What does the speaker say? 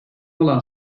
olan